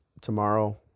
tomorrow